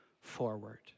forward